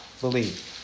believe